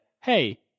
hey